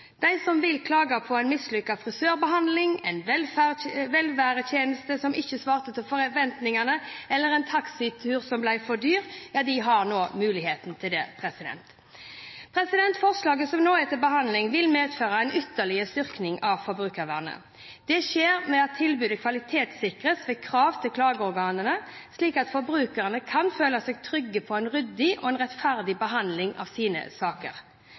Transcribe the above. De som vil klage på en mislykket frisørbehandling, en velværetjeneste som ikke svarte til forventningene, eller en taxitur som ble for dyr, har nå muligheten til det. Forslaget som nå er til behandling, vil medføre en ytterligere styrking av forbrukervernet. Det skjer ved at tilbudet kvalitetssikres ved krav til klageorganene, slik at forbrukerne kan føle seg trygge på at de får en ryddig og rettferdig behandling av sine saker.